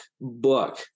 book